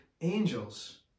angels